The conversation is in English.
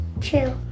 True